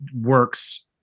works